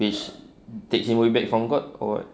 which take him away back from god or what